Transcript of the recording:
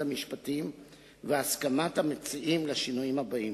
המשפטים והסכמת המציעים לשינויים הבאים: